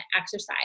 exercise